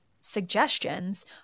suggestions